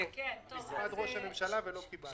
ממשרד ראש הממשלה, ולא קיבלנו.